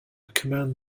command